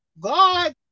God